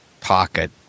pocket